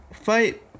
fight